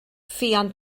ffion